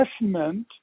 investment